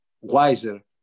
wiser